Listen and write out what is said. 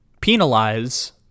penalize